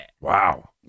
Wow